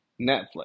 Netflix